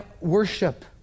worship